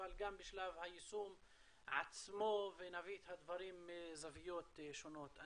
אבל גם בשלב היישום עצמו ונביא את הדברים מזוויות שונות.